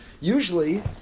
Usually